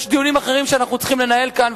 יש דיונים אחרים שאנחנו צריכים לנהל כאן,